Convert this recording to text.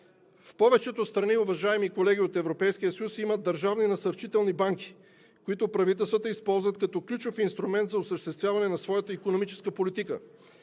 в повечето страни от Европейския съюз има държавни насърчителни банки, които правителствата използват като ключов инструмент за осъществяване на своята икономическа политика.